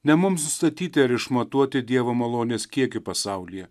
ne mums nustatyti ar išmatuoti dievo malonės kiekį pasaulyje